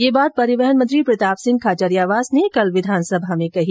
ये बात परिवहन मंत्री प्रताप सिंह खाचरियावास ने कल विधानसभा में कही